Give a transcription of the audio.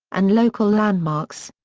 and local landmarks.